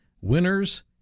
Winners